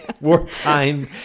wartime